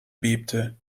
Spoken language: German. bebte